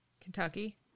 Kentucky